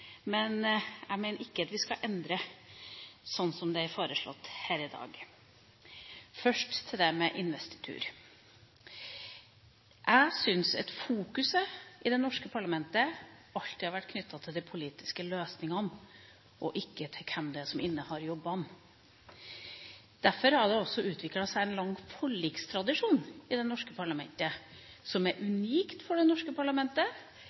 men jeg mener ikke at vi skal endre, slik det er foreslått her i dag. Først til dette med investitur. Jeg syns at fokuset i det norske parlamentet alltid har vært knyttet til de politiske løsningene, og ikke til hvem som innehar jobbene. Derfor har det i det norske parlamentet også utviklet seg en lang forlikstradisjon, som er unik. Vi har i brede og viktige saker en lang tradisjon for